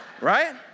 Right